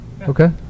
okay